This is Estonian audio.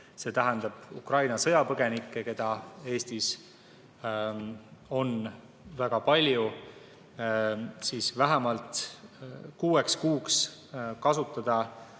see ilmselgelt Ukraina sõjapõgenikke, keda Eestis on väga palju – vähemalt kuueks kuuks kasutada